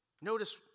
Notice